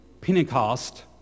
Pentecost